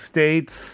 States